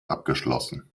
abgeschlossen